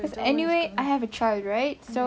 anyway I have a child right so